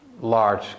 large